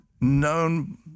known